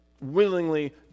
willingly